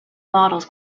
models